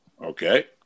Okay